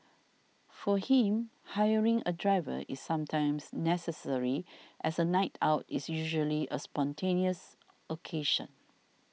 for him hiring a driver is sometimes necessary as a night out is usually a spontaneous occasion